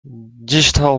digital